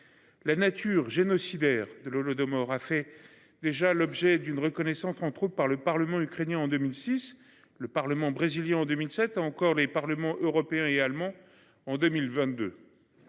La nature génocidaire de l'Holodomor a fait déjà l'objet d'une reconnaissance entre par le Parlement ukrainien. En 2006, le parlement brésilien en 2007 encore, les parlements européen et allemand en 2022.